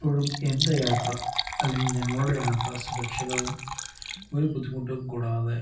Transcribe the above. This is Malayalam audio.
എപ്പോഴും എൻ്റെ യാത്ര അല്ലെങ്കിൽ ഞങ്ങളുടെ യാത്ര സുരക്ഷിതവും ഒരു ബുദ്ധിമുട്ടും കൂടാതെ